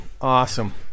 Awesome